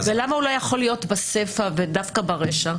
ולמה הוא לא יכול להיות בסיפא והוא דווקא ברישא?